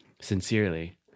Sincerely